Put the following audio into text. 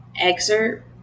Excerpt